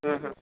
हम्म हम्म